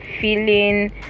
feeling